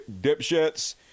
dipshits